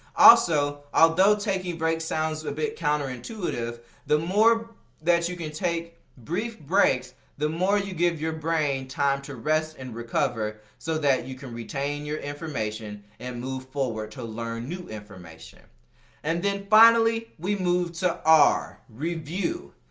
also, although taking breaks sounds a bit counterintuitive the more that you can take brief breaks the more you give your brain time to rest and recover so that you can retain your information and move forward to learn new information and then finally we move to r, review.